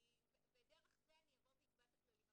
ודרך זה אבוא ואקבע את הדברים,